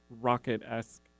rocket-esque